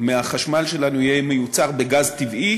מהחשמל שלנו יהיה מיוצר בגז טבעי